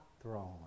throne